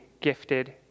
gifted